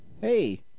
hey